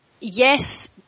yes